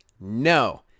No